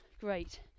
Great